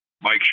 Mike